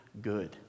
good